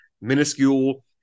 minuscule